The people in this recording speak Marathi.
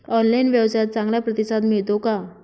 ऑनलाइन व्यवसायात चांगला प्रतिसाद मिळतो का?